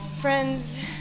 friends